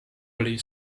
oli